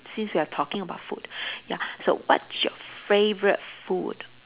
since we are talking about food ya so what's your favorite food